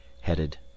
headed